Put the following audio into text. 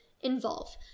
involve